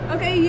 Okay